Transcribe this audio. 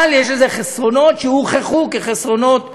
אבל יש לזה חסרונות, שהוכחו כחסרונות בעייתיים,